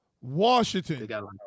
Washington